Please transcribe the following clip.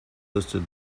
listed